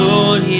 Lord